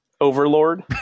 overlord